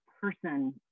person